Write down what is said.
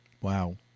Wow